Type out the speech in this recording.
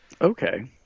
Okay